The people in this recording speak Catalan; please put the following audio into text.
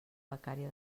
becària